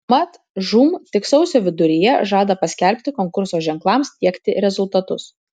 mat žūm tik sausio viduryje žada paskelbti konkurso ženklams tiekti rezultatus